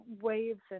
waves